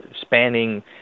spanning